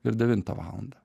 ir devintą valandą